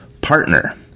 partner